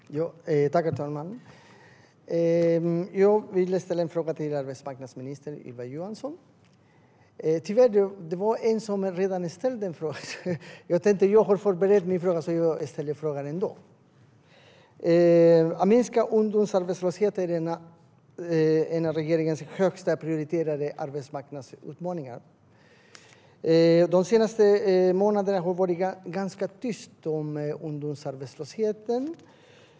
Herr talman! Jag vill ställa en fråga till arbetsmarknadsminister Ylva Johansson. Det är en ledamot som redan ställt en fråga om ungdomsarbetslösheten. Jag har förberett min fråga, så jag ställer frågan ändå. Att minska ungdomsarbetslösheten är en av regeringens högst prioriterade arbetsmarknadsutmaningar. De senaste månaderna har det varit ganska tyst om ungdomsarbetslösheten.